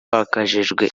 wakajijwe